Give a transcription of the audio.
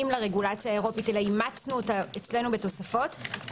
לרגולציה האירופית אלא אימצנו אותה אצלנו לתוספות,